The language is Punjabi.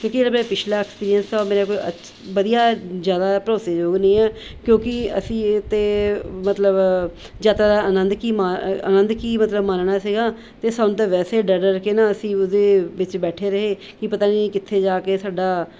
ਕਿਉਂਕਿ ਜਿਹੜਾ ਮੇਰਾ ਪਿਛਲਾ ਐਕਸਪੀਰਐਂਸ ਔਰ ਮੇਰਾ ਕੋਈ ਅੱਛ ਵਧੀਆ ਜ਼ਿਆਦਾ ਭਰੋਸੇਯੋਗ ਨਹੀਂ ਹੈ ਕਿਉਂਕਿ ਅਸੀਂ ਤਾਂ ਮਤਲਬ ਜ਼ਿਆਦਾ ਆਨੰਦ ਕੀ ਮਾ ਆਨੰਦ ਕੀ ਮਤਲਬ ਮਾਨਣਾ ਸੀਗਾ ਅਤੇ ਸਾਨੂੰ ਤਾਂ ਵੈਸੇ ਡਰ ਡਰ ਕੇ ਨਾ ਅਸੀਂ ਉਹਦੇ ਵਿੱਚ ਬੈਠੇ ਰਹੇ ਕਿ ਪਤਾ ਨਹੀਂ ਕਿੱਥੇ ਜਾ ਕੇ ਸਾਡਾ